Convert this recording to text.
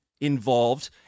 involved